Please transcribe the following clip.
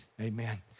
Amen